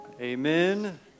Amen